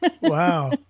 Wow